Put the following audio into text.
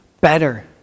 better